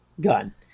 gun